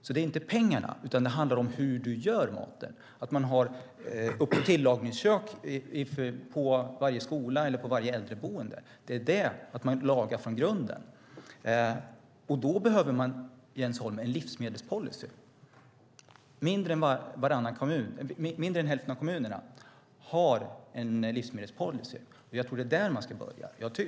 Det handlar inte om pengarna utan om hur man gör maten och att man har tillagningskök på varje skola och på varje äldreboende. Man ska laga maten från grunden. Då behöver man en livsmedelspolicy, Jens Holm. Mindre än hälften av kommunerna har en livsmedelspolicy. Jag tror att det är där man ska börja.